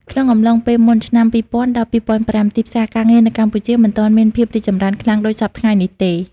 ក្នុងអំឡុងពេលមុនឆ្នាំ ២០០០ ដល់ ២០០៥ ទីផ្សារការងារនៅកម្ពុជាមិនទាន់មានភាពរីកចម្រើនខ្លាំងដូចសព្វថ្ងៃនេះទេ។